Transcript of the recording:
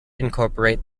incorporate